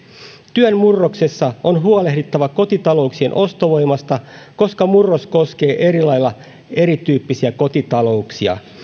työn murroksessa on huolehdittava kotitalouksien ostovoimasta koska murros koskee eri lailla erityppisiä kotitalouksia